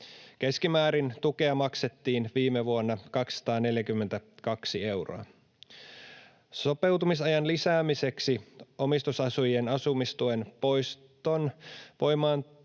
Keskimäärin tukea maksettiin viime vuonna 242 euroa. Sopeutumisajan lisäämiseksi valiokunta on mietinnössään siirtänyt